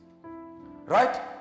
Right